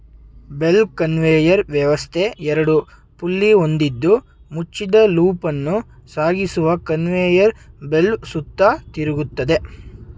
belt conveyor ವ್ಯವಸ್ಥೆ ಎರಡು pulley ಹೊಂದಿದ್ದು ಮುಚ್ಚಿದ ಲೂಪನ್ನು ಸಾಗಿಸುವ ಕನ್ವೇಯರ್ ಬೆಲ್ಟ್ ಸುತ್ತ ತಿರುಗ್ತದೆ